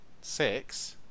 Six